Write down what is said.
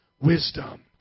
wisdom